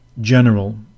general